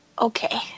Okay